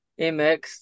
mx